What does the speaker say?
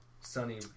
sunny